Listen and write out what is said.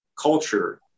culture